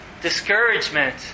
discouragement